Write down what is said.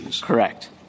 Correct